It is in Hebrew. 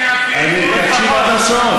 תקשיב עד הסוף,